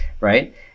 right